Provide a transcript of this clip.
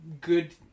good